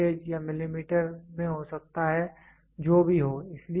यह वोल्टेज या मिलीमीटर में हो सकता है जो भी हो